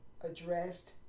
addressed